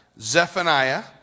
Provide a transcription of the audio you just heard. Zephaniah